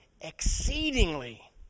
exceedingly